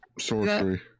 sorcery